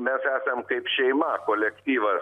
mes esam kaip šeima kolektyvas